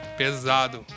pesado